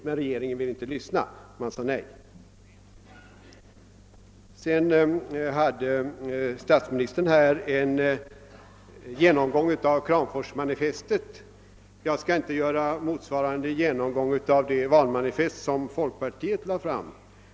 Men regeringen ville inte lyssna — den sade nej. » Statsministern gjorde här en genomgång av Kramforsmanifestet. Jag skall inte göra någon motsvarande genomgång av det valmanifest som folkpartiet lade fram.